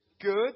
good